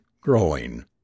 growing